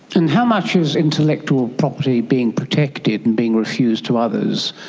and how much is intellectual property being protected and being refused to others,